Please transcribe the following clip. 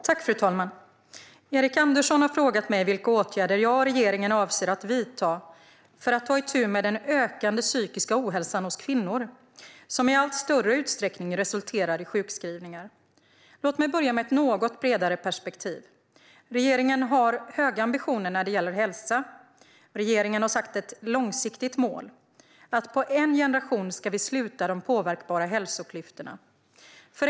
Fru talman! Erik Andersson har frågat mig vilka åtgärder jag och regeringen avser att vidta för att ta itu med den ökade psykiska ohälsan hos kvinnor, som i allt större utsträckning resulterar i sjukskrivningar. Låt mig börja med ett något bredare perspektiv. Regeringen har höga ambitioner när det gäller hälsa. Regeringen har satt ett långsiktigt mål, nämligen att på en generation ska vi sluta de påverkbara hälsoklyftorna.